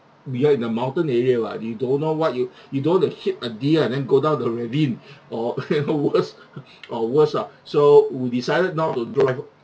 we are in the mountain area [what] you don't know what you you don't want to hit a deer and then go down the ravine or you know worst or worse lah so we decided not to drive